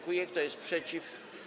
Kto jest przeciw?